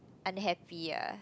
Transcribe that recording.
unhappy ah